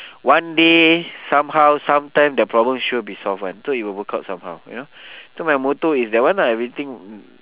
one day somehow some time the problem sure be solve [one] so it will work out somehow you know so my motto is that one lah everything